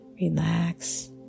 relax